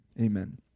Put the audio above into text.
amen